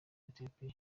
ethiopia